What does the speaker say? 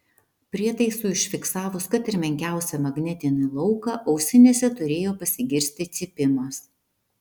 prietaisui užfiksavus kad ir menkiausią magnetinį lauką ausinėse turėjo pasigirsti cypimas